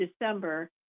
December